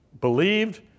believed